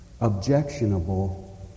objectionable